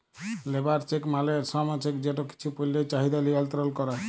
labour check মালে শ্রম check যেট কিছু পল্যের চাহিদা লিয়লত্রল ক্যরে